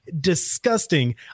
Disgusting